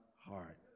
heart